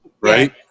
Right